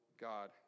God